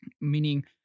meaning